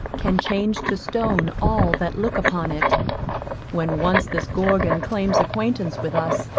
can change to stone all that look upon it when once this gorgon claims acquaintance with us,